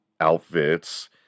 outfits